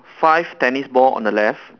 five tennis ball on the left